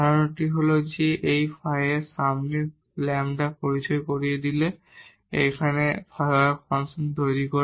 ধারণাটি হল এই ফাইয়ের সামনে λ এই পরিচয় দিয়ে এখানে একটি সহায়ক ফাংশন তৈরি করা